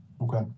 Okay